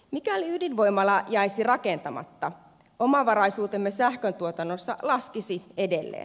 mikäli ydinvoimala jäisi rakentamatta omavaraisuutemme sähköntuotannossa laskisi edelleen